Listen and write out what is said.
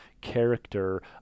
character